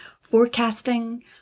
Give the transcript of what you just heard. forecasting